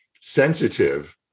sensitive